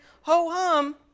ho-hum